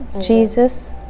Jesus